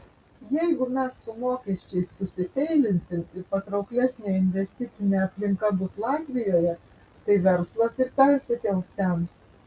jeigu mes su mokesčiais susifeilinsim ir patrauklesnė investicinė aplinka bus latvijoje tai verslas ir persikels ten